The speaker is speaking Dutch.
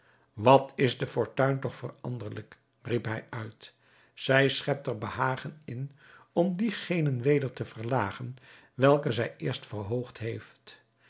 wat is de fortuin toch veranderlijk riep hij uit zij schept er behagen in om diegenen weder te verlagen welke zij eerst verhoogd heeft